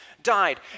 died